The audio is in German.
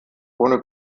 ohne